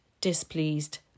displeased